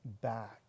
back